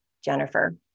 Jennifer